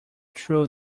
through